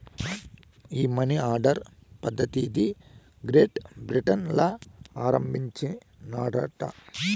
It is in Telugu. ఈ మనీ ఆర్డర్ పద్ధతిది గ్రేట్ బ్రిటన్ ల ఆరంబించినారట